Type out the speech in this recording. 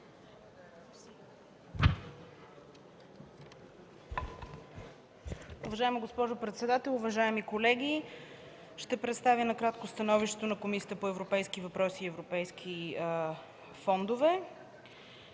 Уважаема госпожо председател, уважаеми колеги, ще представя накратко становището на Комисията по европейските въпроси и контрол на европейските фондове